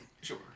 Sure